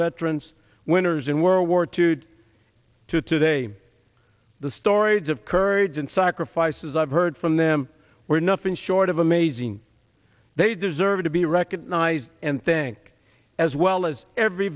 veterans winners in world war two to today the stories of courage and sacrifices i've heard from them were nothing short of amazing they deserve to be recognized and tank as well as every